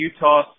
Utah